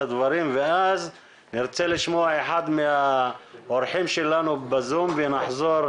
הדברים ואז נרצה לשמוע אחד מהאורחים שלנו בזום ונחזור